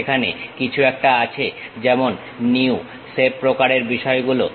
সেখানে কিছু একটা আছে যেমন নিউ সেভ প্রকারের বিষয়গুলো